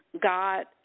god